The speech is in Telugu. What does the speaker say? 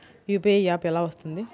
యూ.పీ.ఐ యాప్ ఎలా వస్తుంది?